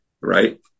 right